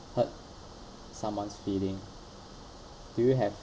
hurt someone's feeling do you have